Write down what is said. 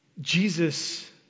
Jesus